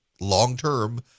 long-term